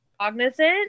cognizant